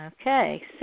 Okay